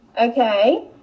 Okay